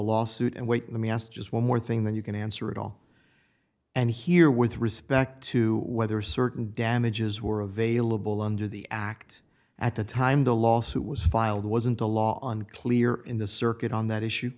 lawsuit and wait let me ask just one more thing that you can answer at all and here with respect to whether certain damages were available under the act at the time the lawsuit was filed wasn't the law on clear in the circuit on that issue